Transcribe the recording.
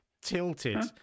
tilted